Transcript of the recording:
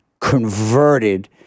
converted